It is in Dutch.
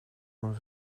hun